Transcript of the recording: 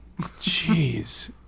Jeez